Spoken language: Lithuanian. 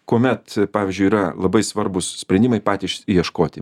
kuomet pavyzdžiui yra labai svarbūs sprendimai patys ieškoti